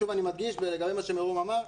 שוב אני מדגיש ‏לגבי מה שמירום אמר,